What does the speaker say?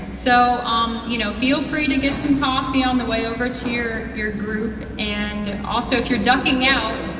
so um you know feel free to get some coffee on the way over to your your group, and also if you're dunking out,